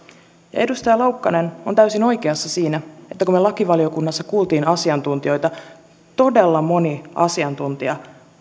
edustaja laukkanen on täysin oikeassa siinä että kun me lakivaliokunnassa kuulimme asiantuntijoita todella moni asiantuntija